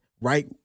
right